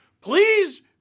Please